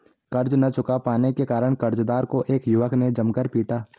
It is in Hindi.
कर्ज ना चुका पाने के कारण, कर्जदार को एक युवक ने जमकर पीटा